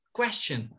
question